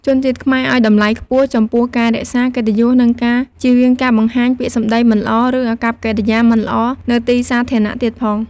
ជនជាតិខ្មែរឱ្យតម្លៃខ្ពស់ចំពោះការរក្សា "កិត្តិយស" និងការជៀសវាងការបង្ហាញពាក្យសម្តីមិនល្អឬអាកប្បកិរិយាមិនល្អនៅទីសាធារណៈទៀតផង។